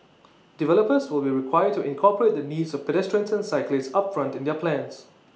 developers will be required to incorporate the needs of pedestrians and cyclists upfront in their plans